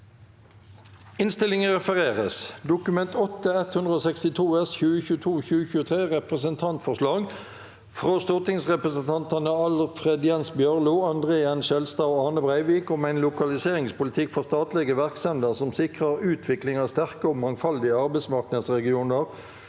følgende v e d t a k : Dokument 8:162 S (2022–2023) – Representantforslag frå stortingsrepresentantane Alfred Jens Bjørlo, André N. Skjelstad og Ane Breivik om ein lokaliseringspolitikk for statlege verksemder som sikrar utvikling av sterke og mangfaldige arbeidsmarknadsregionar